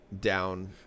down